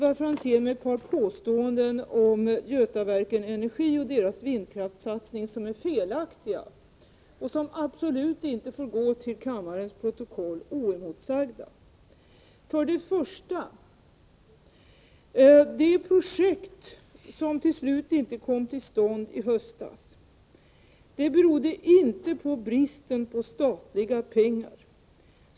Ivar Franzén gjorde ett par påståenden om Götaverken Energy och dess vindkraftssatsningar som är felaktiga och som absolut inte får komma in i kammarens protokoll oemotsagda. För det första vill jag säga följande när det gäller de projekt som till slut inte kom till stånd i höstas. Att så inte blev fallet berodde inte på bristen på statliga pengar.